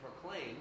proclaim